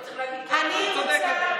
לא צריך להגיד "צאן לטבח"